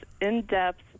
in-depth